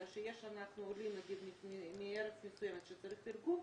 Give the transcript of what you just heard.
שיש עולים מארץ מסוימת וצריך תרגום,